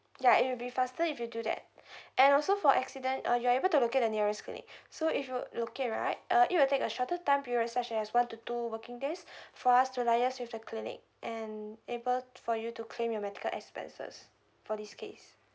ya it will be faster if you do that and also for accident uh you are able to locate the nearest clinic so if you locate right uh it will take a shorter time periods such as one to two working days for us to liaise with the clinic and able for you to claim your medical expenses for this case